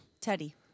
teddy